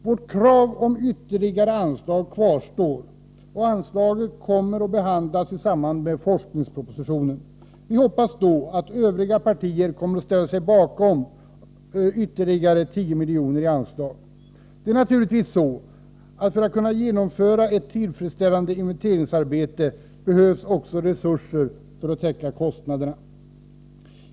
Vårt krav på ytterligare anslag kvarstår, och anslaget kommer att behandlas i samband med forskningspropositionen. Vi hoppas då att övriga partier kommer att ställa sig bakom kravet på ytterligare 10 milj.kr. i anslag. Det är naturligtvis så, att för att kunna genomföra ett tillfredsställande inventeringsarbete behöver man också resurser för att täcka kostnaderna.